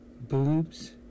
Boobs